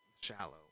shallow